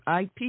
IP